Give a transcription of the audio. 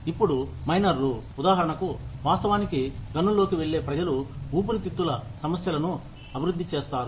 ఇప్పుడు మైనర్లు ఉదాహరణకు వాస్తవానికి గనుల్లోకి వెళ్లే ప్రజలు ఊపిరితిత్తుల సమస్యలను అభివృద్ధి చేస్తారు